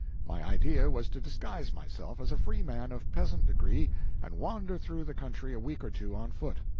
my idea was to disguise myself as a freeman of peasant degree and wander through the country a week or two on foot.